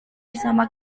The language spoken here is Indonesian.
bersama